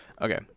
Okay